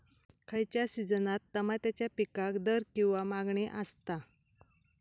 खयच्या सिजनात तमात्याच्या पीकाक दर किंवा मागणी आसता?